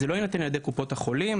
זה לא יינתן על-ידי קופות החולים,